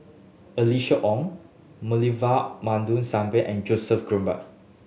Alice Ong Moulavi Babu Sahib and Joseph Grimberg